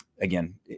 Again